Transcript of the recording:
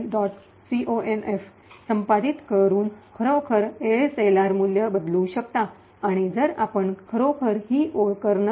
conf संपादित करुन खरोखर एएसएलआरचे मूल्य बदलू शकता आणि जर आपण खरोखर ही ओळ कर्नल